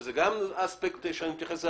שזה גם אספקט שאני אתייחס אליו.